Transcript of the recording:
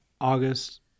August